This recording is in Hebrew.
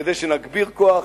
כדי שנגביר כוח,